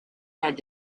had